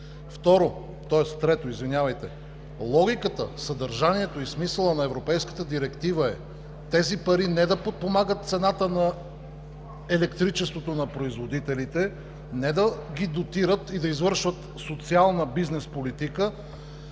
държава. Трето, логиката, съдържанието и смисълът на Европейската директива е тези пари не да подпомагат цената на електричеството на производителите, не да ги дотират и да извършват социална бизнес политика,